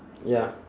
ya